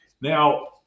Now